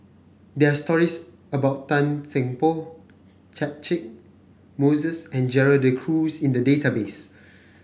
there are stories about Tan Seng Poh Catchick Moses and Gerald De Cruz in the database